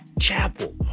chapel